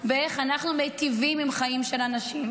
באיך אנחנו מטיבים עם חיים של אנשים,